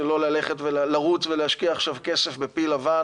שלא ללכת ולרוץ להשקיע כסף בפיל לבן.